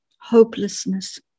hopelessness